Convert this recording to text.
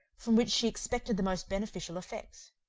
from which she expected the most beneficial effects.